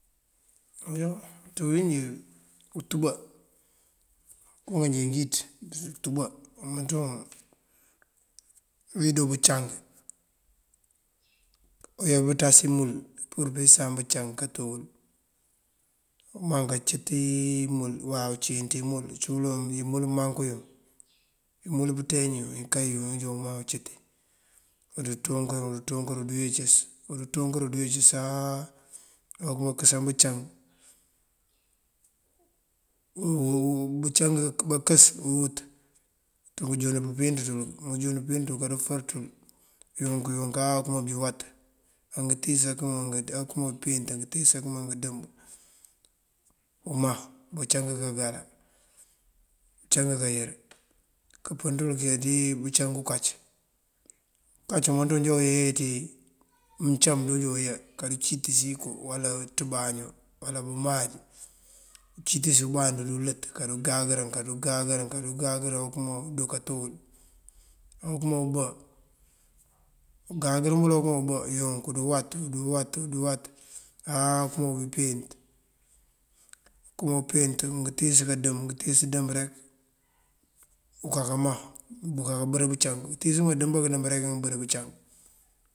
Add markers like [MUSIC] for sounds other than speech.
Iyo ţí bíwínjí untúba, ngënko nganjee ngëwíţ ací ngëtúba umënţawun ajoo undo bëncang. Uyá pënţas imul pur pëyeencësan bëncang wul kato wël. Umaŋ kancëti imul uwaw ceent imul, uncí uloŋ imul bëmangú yun imul bënteen yun ikay yun yël injoona umaŋ incëti. Wul ţúunkarul ţúunkarul bíyicës, wul ţúunkarul bíyicës áa okëmaŋ okësan bëncang. [HESITATION] bëncang [HESITATION] bëkës uwúut unjundi pëmpíinţ ţël. Unjund pëmpíinţ ţël karufër ţël yunk yunk okëma bí wat angëntíis, akëma ngampíitësa ngëntíis angënkema ngëndëmb. Umaŋ bëncang kangara, bëncang kayër. Kampën ţël kayá dí bëncang unkac, unkac umënţun ajoo uyoye ţí uncam dun uyá kadu kacëtisi inko uwala uţíbaño uwala bëmáaj. Ucëtis umband ulët karu gangërën, karu gangërën, karu gangërën okëmo ndoo kato wël. Okëma obá, ungangër wël obá yo unk kudu wat, kudu wat, kudu wat áa këron umpet. Okëma umpet ngëtíis kandëmb, ngëntíis ndëmb rek unkaka maŋ unkaka bër bëncang. Ngëntíis duna ndëmbank këndëmb rek ubër bëncang.